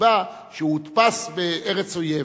מסיבה שהודפס בארץ אויב.